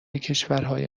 کشورهای